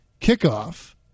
Kickoff